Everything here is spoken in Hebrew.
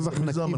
נקי.